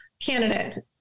Candidate